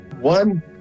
One